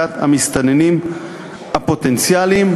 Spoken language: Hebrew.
לאוכלוסיית המסתננים הפוטנציאליים.